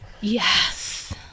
Yes